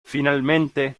finalmente